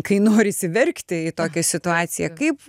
kai norisi verkti į tokią situaciją kaip